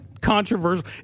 controversial